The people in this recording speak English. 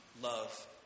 love